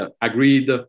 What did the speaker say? agreed